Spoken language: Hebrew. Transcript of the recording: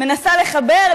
מנסה לחבר,